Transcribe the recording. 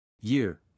Year